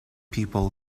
people